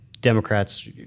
Democrats